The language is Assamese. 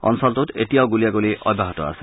অঞ্চলটোত এতিয়াও গুলিয়াগুলী অব্যাহত আছে